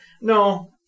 No